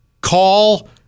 Call